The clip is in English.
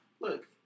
Look